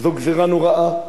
זו גזירה נוראה.